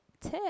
tip